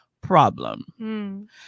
problem